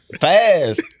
fast